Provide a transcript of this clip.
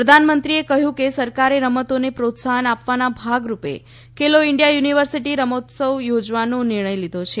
પ્રધાનમંત્રીએ કહ્યું કે સરકારે રમતોને પ્રોત્સાહન આપવાના ભાગરૂપે ખેલો ઈન્ડિયા યુનિવર્સિટી રમતોત્સવ યોજવાનો નિર્ણય લીધો છે